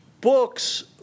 books